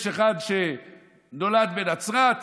יש אחד שנולד בנצרת,